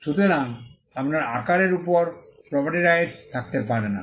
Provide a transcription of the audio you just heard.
সুতরাং আপনার আকারের উপর প্রপার্টি রাইটস থাকতে পারে না